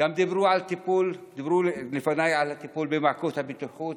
דיברו לפניי על הטיפול במעקות הבטיחות,